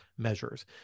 measures